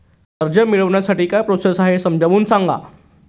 कर्ज मिळविण्यासाठी काय प्रोसेस आहे समजावून सांगा